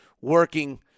working